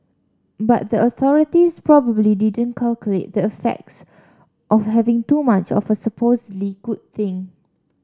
but the authorities probably didn't calculate the effects of having too much of a supposedly good thing